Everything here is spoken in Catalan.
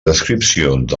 descripcions